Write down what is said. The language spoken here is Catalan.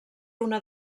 una